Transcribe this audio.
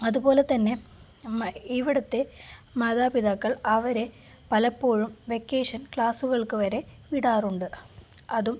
അതുപോലെ തന്നെ ഇവിടുത്തെ മാതാപിതാക്കൾ അവരെ പലപ്പോഴും വെക്കേഷൻ ക്ലാസ്സുകൾക്ക് വരെ വിടാറുണ്ട് അതും